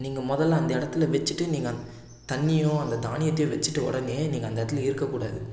நீங்கள் முதல்ல அந்த இடத்துல வச்சிட்டு நீங்கள் தண்ணியோ அந்த தானியத்தையோ வச்சிட்ட உடனே நீங்கள் அந்த இடத்துல இருக்கக்கூடாது